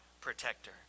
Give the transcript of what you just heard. protector